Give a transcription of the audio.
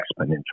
exponential